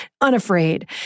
unafraid